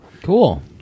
cool